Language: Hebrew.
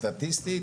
סטטיסטית,